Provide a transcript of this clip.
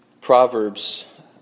Proverbs